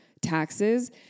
taxes